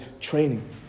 training